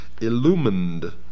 illumined